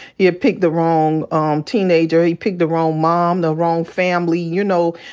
he had picked the wrong um teenager. he picked the wrong mom, the wrong family. you know,